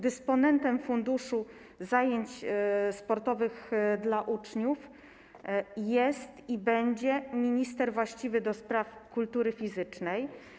Dysponentem Funduszu Zajęć Sportowych dla Uczniów jest i będzie minister właściwy do spraw kultury fizycznej.